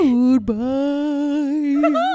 Goodbye